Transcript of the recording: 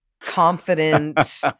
confident